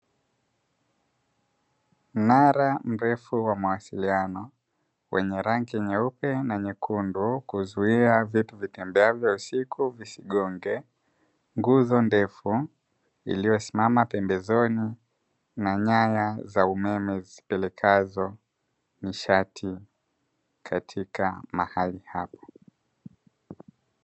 Mnara mrefu wa mawasiliano wenye rangi nyeupe na nyekundu, kuzuia vitu vitembeavyo usiku visigonge, nguzo ndefu iliyosimama pembezoni na nyaya za umeme, zipelekazo nishati katika mahali hapo.